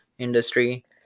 industry